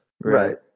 Right